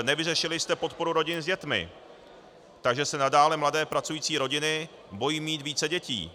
Nevyřešili jste podporu rodin s dětmi, takže se nadále mladé pracující rodiny bojí mít více dětí.